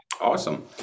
awesome